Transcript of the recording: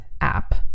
app